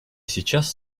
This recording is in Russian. сейчас